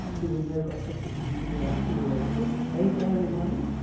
who we know got fifty pounds a year from the wage book. a dairy maid,